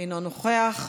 אינו נוכח,